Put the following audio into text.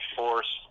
force